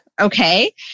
okay